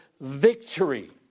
victory